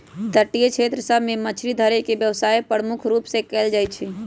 तटीय क्षेत्र सभ में मछरी धरे के व्यवसाय प्रमुख रूप से कएल जाइ छइ